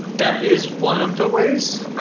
that is one of the ways.